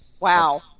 Wow